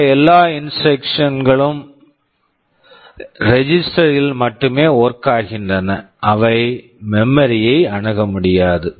மற்ற எல்லா instruction instructions களும் ரெஜிஸ்டர் register ல் மட்டுமே ஒர்க் work ஆகின்றன அவை மெமரி memory ஐ அணுக முடியாது